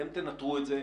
אתם תנטרו את זה,